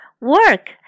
Work